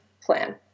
plan